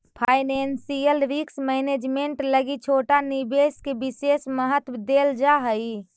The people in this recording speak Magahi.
फाइनेंशियल रिस्क मैनेजमेंट लगी छोटा निवेश के विशेष महत्व देल जा हई